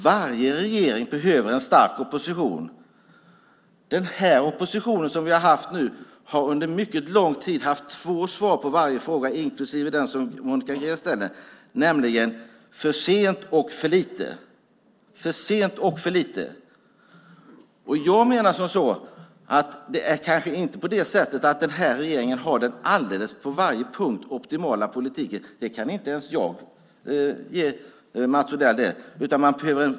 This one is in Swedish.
Varje regering behöver en stark opposition. Den opposition som vi nu har haft har under mycket lång tid haft två svar på varje fråga, inklusive den som Monica Green ställer, nämligen: för sent och för lite. Den här regeringen kanske inte har den på varje punkt optimala politiken - det kan inte ens jag säga till Mats Odell.